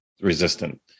resistant